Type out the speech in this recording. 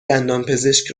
دندانپزشک